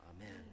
Amen